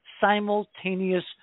simultaneous